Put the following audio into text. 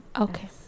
Okay